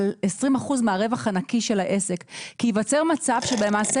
על 20 אחוזים מהרווח הנקי של העסק כי ייווצר מצב שלמעשה